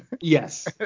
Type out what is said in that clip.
Yes